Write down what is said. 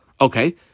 okay